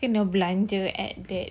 kena belanja at that